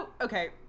okay